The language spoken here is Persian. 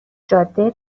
جاده